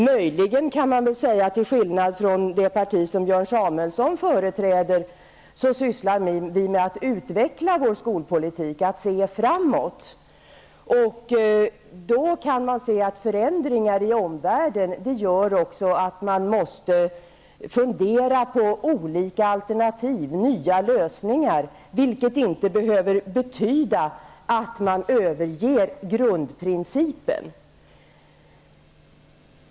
Möjligen kan man säga att vi till skillnad från det parti som Björn Samuelson företräder sysslar med att utveckla vår skolpolitik och se framåt. Förändringar i omvärlden gör att man måste fundera på olika alternativ och nya lösningar, vilket inte behöver betyda att man överger grundprincipen.